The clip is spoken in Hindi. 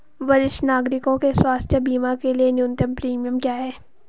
वरिष्ठ नागरिकों के स्वास्थ्य बीमा के लिए न्यूनतम प्रीमियम क्या है?